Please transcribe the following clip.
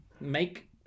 make